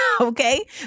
Okay